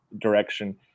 direction